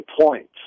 points